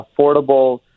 affordable